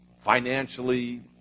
financially